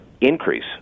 increase